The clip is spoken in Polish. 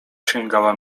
sięgała